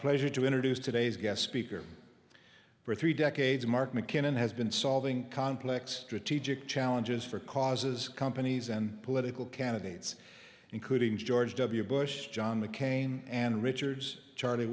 pleasure to introduce today's guest speaker for three decades mark mckinnon has been solving complex strategic challenges for causes companies and political candidates including george w bush john mccain and richards charlie